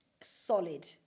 solid